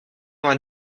vingt